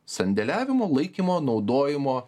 sandėliavimo laikymo naudojimo